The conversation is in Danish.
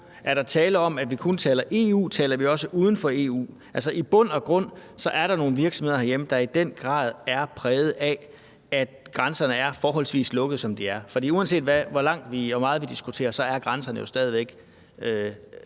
Er der tale om, at vi kun taler EU? Taler vi også uden for EU? Altså i bund og grund er der nogle virksomheder herhjemme, der i den grad er præget af, at grænserne er så forholdsvis lukkede, som de er. For uanset hvor meget vi diskuterer, er grænserne jo stadig væk